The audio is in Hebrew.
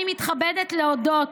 אני מתכבדת להודות